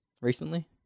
recently